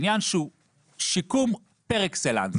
עניין שהוא שיקום פר אקסלנס,